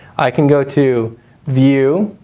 i can go to view,